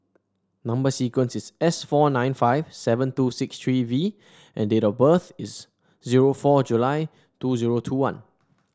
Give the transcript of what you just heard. number sequence is S four nine five seven two six three V and date of birth is zero four July two zero two one